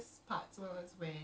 okay ya